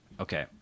okay